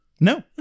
no